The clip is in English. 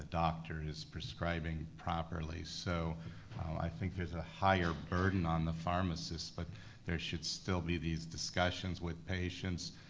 doctor is prescribing properly. so i think there's a higher burden on the pharmacists, but there should still be these discussions with patients,